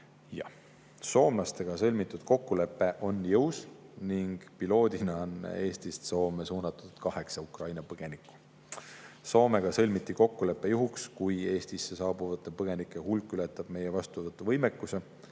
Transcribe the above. Soomlastega sõlmitud kokkulepe on jõus. Piloot[projektina] on Eestist Soome suunatud kaheksa Ukraina põgenikku. Soomega sõlmiti kokkulepe juhuks, kui Eestisse saabuvate põgenike hulk ületab meie vastuvõtuvõimekuse.